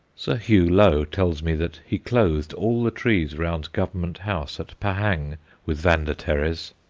sir hugh low tells me that he clothed all the trees round government house at pahang with vanda teres,